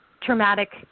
traumatic